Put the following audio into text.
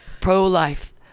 pro-life